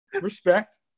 Respect